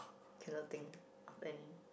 cannot think of any